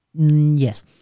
Yes